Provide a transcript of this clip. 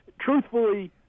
Truthfully